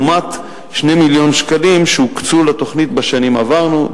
לעומת 2 מיליון שקלים שהוקצו לתוכנית בשנים עברו,